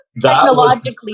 technologically